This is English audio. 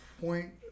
point